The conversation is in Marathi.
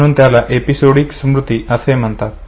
म्हणून त्याला एपिसोडिक स्मृती असे म्हणतात